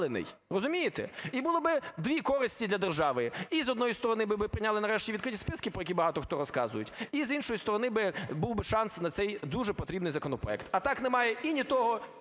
Розумієте? І було би дві користі для держави – і з одної сторони, прийняли нарешті відкриті списки, про які багато хто розказують, і з іншої сторони би, був би шанс на цей дуже потрібний законопроект, а так немає і ні того,